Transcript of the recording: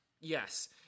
Yes